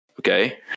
Okay